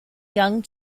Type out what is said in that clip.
young